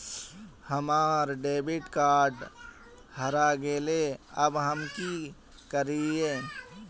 हमर debit card हरा गेले अब हम की करिये?